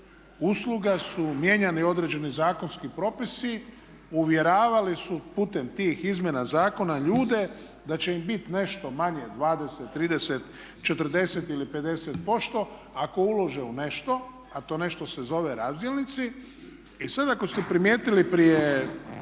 usluga su mijenjani određeni zakonski propisi, uvjeravali su putem tih izmjena zakona ljude da će im biti nešto manje 20, 30, 40 ili 50% ako ulože u nešto, a to nešto se zove razdjelnici. I sad ako ste primijetili prije